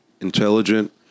intelligent